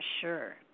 sure